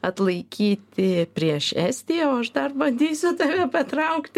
atlaikyti prieš estiją o aš dar bandysiu tave patraukti